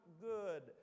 good